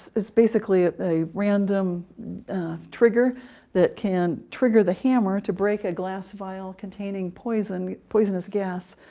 it's basically a random trigger that can trigger the hammer to break a glass vial containing poisonous poisonous gas,